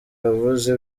wavuze